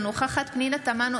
אינה נוכחת פנינה תמנו,